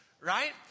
Right